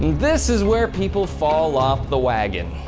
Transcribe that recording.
this is where people fall off the wagon.